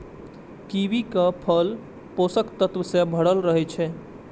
कीवीक फल पोषक तत्व सं भरल रहै छै